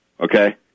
okay